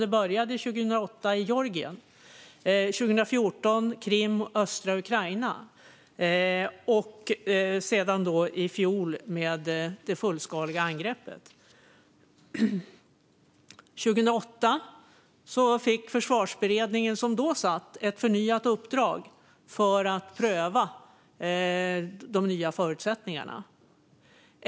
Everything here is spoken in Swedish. Det började 2008 i Georgien. År 2014 var det Krim och östra Ukraina. Och i fjol kom det fullskaliga angreppet. År 2008 fick den försvarsberedning som då satt ett förnyat uppdrag att pröva de nya förutsättningarna.